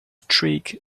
streak